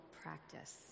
practice